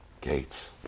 gates